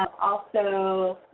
also,